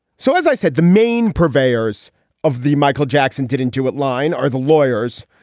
so as i said the main purveyors of the michael jackson did intuit line are the lawyers.